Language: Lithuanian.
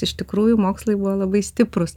iš tikrųjų mokslai buvo labai stiprūs